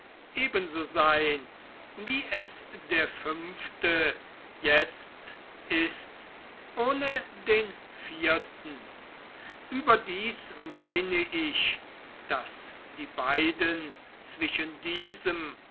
sein wie es der fünfte jetzt ist ohne den vierten überdies meine ich daß die beiden zwischen diesem